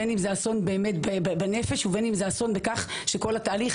בין אם זה אסון בנפש ובין אם זה אסון בכך שכל התהליך